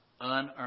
unearned